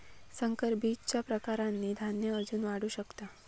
संकर बीजच्या प्रकारांनी धान्य अजून वाढू शकता